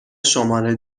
شماره